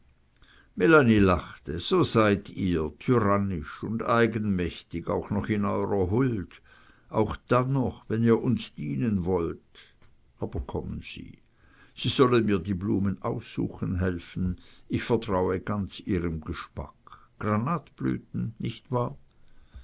so seid ihr tyrannisch und eigenmächtig auch noch in eurer huld auch dann noch wenn ihr uns dienen wollt aber kommen sie sie sollen mir die blumen aussuchen helfen ich vertraue ganz ihrem geschmack granatblüten nicht wahr